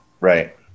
Right